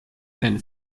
and